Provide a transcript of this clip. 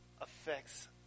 affects